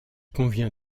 convient